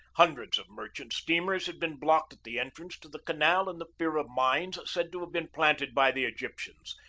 hundreds of merchant-steamers had been blocked at the entrance to the canal in the fear of mines said to have been planted by the egyptians,